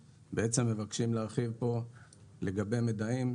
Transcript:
האדם הפשוט שרוצה להוריד אקסלים או לקבל את המידע מהגופים הפיננסיים,